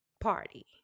party